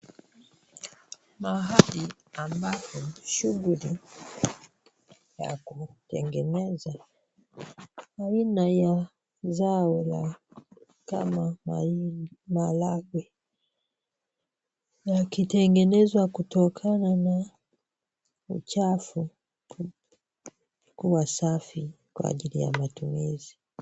Mahali ambapo shughuli ya kutengeneza aina ya zao la kama maharangwe. Yakitengenezwa kutokana na uchafu kuwa safi kwa ajili ya matumizi.